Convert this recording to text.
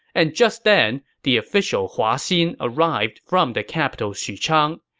and just then, the official hua xin arrived from the capital xuchang.